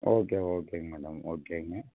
okay ஓகேங்க madam ஓகேங்க